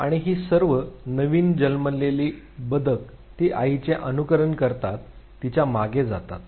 आणि ही सर्व नवीन जन्मलेली डकल्स ती आईचे अनुकरण करत तिच्या मागे जातात